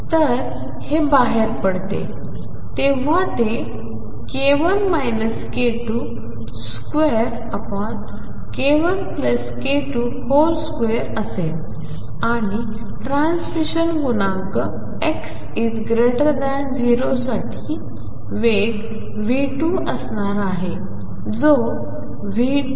तर हे बाहेर पडते तेव्हा ते k1 k22 k1k22असेल आणि ट्रान्समिशन गुणांक x 0 साठी वेग v2 असणार आहे जो v2C2v1A2